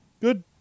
Good